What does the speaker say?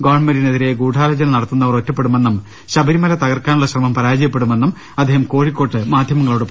ഗവൺ മെന്റിനെതിരെ ഗൂഢാലോചന നടത്തുന്നവർ ഒറ്റപ്പെടുമെന്നും ശബരിമല ത കർക്കാനുള്ള ശ്രമം പരാജയപ്പെടുമെന്നും അദ്ദേഹം കോഴിക്കോട്ട് മാധ്യമങ്ങ ളോട് പറഞ്ഞു